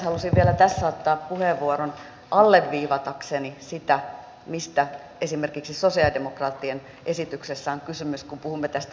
halusin vielä ottaa puheenvuoron alleviivatakseni sitä mistä esimerkiksi sosialidemokraattien esityksessä on kysymys kun puhumme tästä solidaarisuusverosta